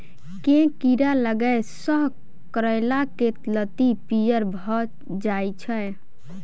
केँ कीड़ा लागै सऽ करैला केँ लत्ती पीयर भऽ जाय छै?